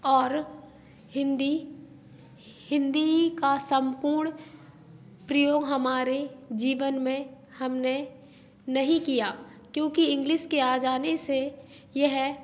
और हिंदी हिंदी का संपूर्ण प्रयोग हमारे जीवन में हमने नहीं किया क्योंकि इंग्लिस के जाने से यह